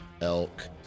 elk